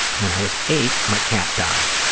when i was eight, my cat died.